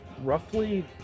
roughly